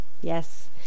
Yes